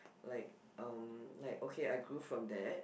like um like okay I grew from there